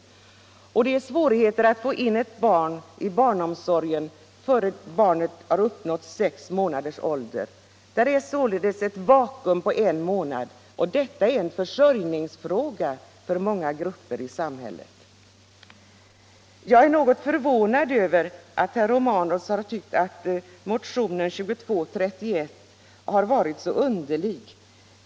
Eftersom det är svårt att få in ett barn i barnomsorgen innan barnet nått sex månaders ålder, uppstår ett vakuum på en månad. Detta är en försörjningsfråga för många grupper i samhället. Jag är något förvånad över att herr Romanus — förlåt, herr Ringaby tyckte att motionen 2231 var så underlig.